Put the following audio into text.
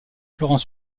florent